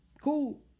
cool